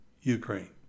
Ukraine